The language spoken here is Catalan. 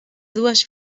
dues